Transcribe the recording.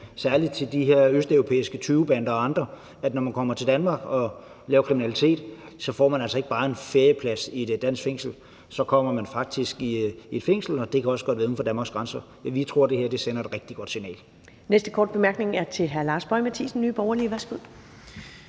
særlig til de her østeuropæiske tyvebander og andre. Når man kommer til Danmark og laver kriminalitet, så får man altså ikke bare en ferieplads i et dansk fængsel, men så kommer man rent faktisk i et fængsel, og det kan også godt være uden for Danmarks grænser. Vi tror, at det her sender et rigtig godt signal. Kl. 11:29 Første næstformand (Karen Ellemann): Næste korte bemærkning er til hr. Lars Boje Mathiesen, Nye Borgerlige. Værsgo.